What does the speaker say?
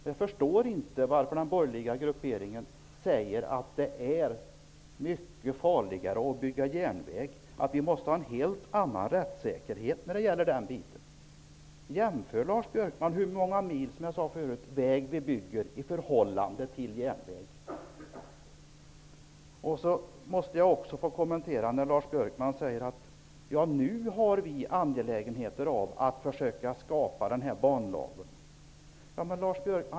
Vi förstår inte varför den borgerliga grupperingen säger att det är mycket farligare att bygga järnväg och att vi måste ha en helt annan rättssäkerhet där. Lars Björkman! Jämför hur många mil väg vi bygger i förhållande till hur många mil järnväg vi bygger! Lars Björkman säger att vi nu har blivit angelägna att försöka skapa banlagen.